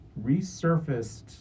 resurfaced